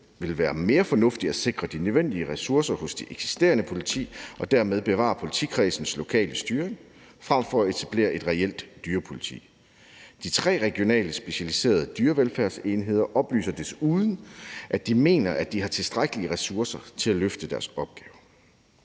ville være mere fornuftigt at sikre de nødvendige ressourcer hos det eksisterende politi og dermed bevare politikredsenes lokale styring frem for at etablere et reelt dyrepoliti. De tre regionale specialiserede dyrevelfærdsenheder oplyser desuden, at de mener, at de har tilstrækkelige ressourcer til at løfte deres opgave.